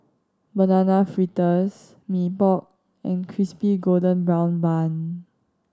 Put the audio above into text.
Banana Fritters Mee Pok and Crispy Golden Brown Bun